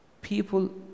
people